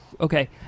Okay